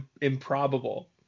improbable